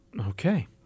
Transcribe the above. Okay